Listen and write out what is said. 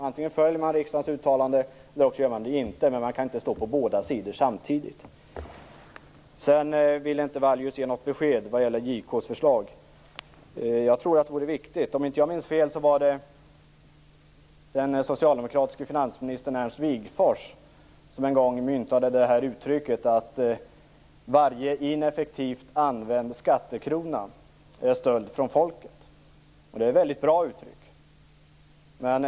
Antingen följer man riksdagens uttalande eller inte. Man kan inte stå på båda sidor samtidigt. Paavo Vallius vill inte ge något besked vad gäller JK:s förslag. Om jag inte minns fel myntade den socialdemokratiske finansministern Ernst Wigforss en gång uttrycket: Varje ineffektivt använd skattekrona är en stöld från folket. Det är ett väldigt bra uttryck.